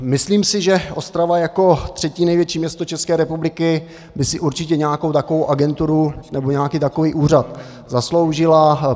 Myslím si, že Ostrava jako třetí největší město České republiky by si určitě nějakou takovou agenturu nebo nějaký takový úřad zasloužila.